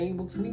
books